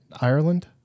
Ireland